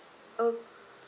okay